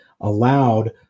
allowed –